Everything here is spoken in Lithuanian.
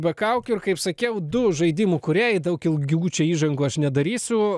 be kaukių ir kaip sakiau du žaidimų kūrėjai daug ilgų čia įžangų aš nedarysiu